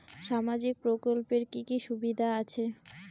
সামাজিক প্রকল্পের কি কি সুবিধা আছে?